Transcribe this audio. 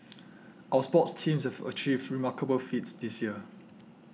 our sports teams have achieved remarkable feats this year